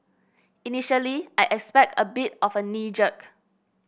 initially I expect a bit of a knee jerk